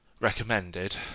recommended